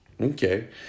okay